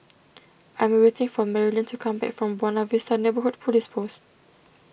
I am waiting for Merilyn to come back from Buona Vista Neighbourhood Police Post